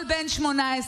כל בן 18,